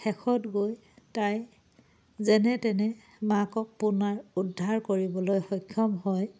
শেষত গৈ তাই যেনে তেনে মাকক পুনৰ উদ্ধাৰ কৰিবলৈ সক্ষম হয়